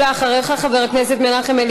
ה-11 בספטמבר בהחלט הראה לנו שהם מאיימים על